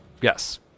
Yes